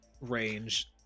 range